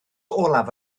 olaf